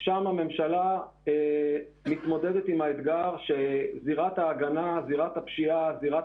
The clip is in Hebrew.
שם הממשלה מתמודדת עם האתגר שזירת ההגנה זו הרשת